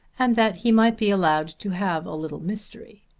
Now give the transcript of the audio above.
and that he might be allowed to have a little mystery.